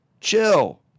Chill